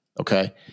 Okay